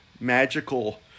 magical